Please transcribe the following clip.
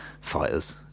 fighters